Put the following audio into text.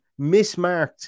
mismarked